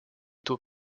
doit